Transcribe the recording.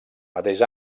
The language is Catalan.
mateix